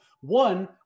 One